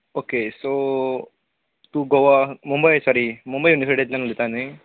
okay so तूं Goa Mumbai sorry Mumbai युनीवरसीटींतल्यान उलयता न्ही